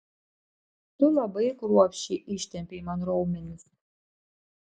tu labai kruopščiai ištempei man raumenis